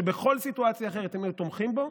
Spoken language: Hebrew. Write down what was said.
שבכל סיטואציה אחרת הן היו תומכות בו,